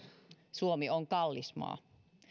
suomi on kallis maa